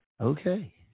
Okay